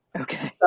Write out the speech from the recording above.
Okay